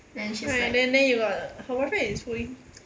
right then then you got her boyfriend is who again